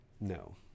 No